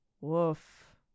Woof